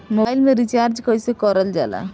Mobile में recharge कइसे करल जाला?